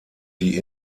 die